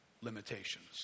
limitations